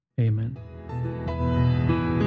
Amen